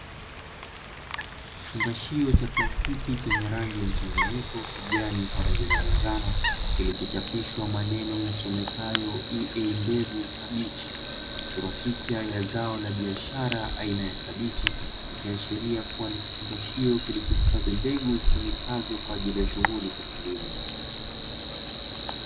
Kifungashio cha plastiki chenye rangi mchanganyiko kijani pamoja na manjano, kilichochapishwa maneno yasomekayo "EA" mbegu kabichi, na kuchorwa picha ya zao la biashara aina ya kabichi, ikiashiria kuwa ni kifungashio kilichohifadhi mbegu zitumikazo kwa ajili ya shughuli za kilimo.